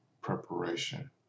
preparation